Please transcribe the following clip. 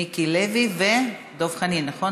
מיקי לוי ודב חנין, נכון?